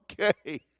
okay